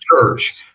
church